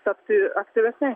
tapti aktyvesnei